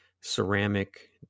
ceramic